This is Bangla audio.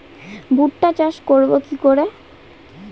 ভুট্টা চাষ করব কি করে?